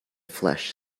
flesh